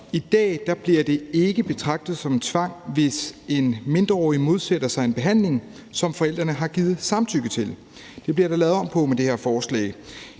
I dag bliver det ikke betragtet som tvang, hvis en mindreårig modsætter sig en behandling, som forældrene har givet samtykke til. Det bliver der lavet om på med det her forslag.